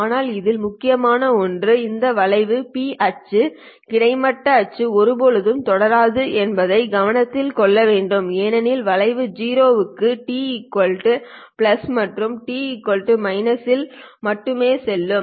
ஆனால் இதில் முக்கியமான ஒன்று இந்த வளைவு P அச்சு கிடைமட்ட அச்சை ஒரு போதும் தொடாது என்பதை கவனத்தில் கொள்ள வேண்டும் ஏனெனில் வளைவு 0 க்கு t மற்றும் t இல் மட்டுமே செல்லும்